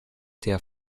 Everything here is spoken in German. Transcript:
der